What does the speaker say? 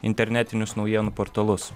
internetinius naujienų portalus